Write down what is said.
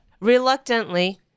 reluctantly